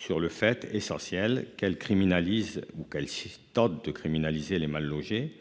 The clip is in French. sur le fait essentiel qu'elle criminalise ou qu'elle tente de criminaliser les mal logés.